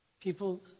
people